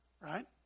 right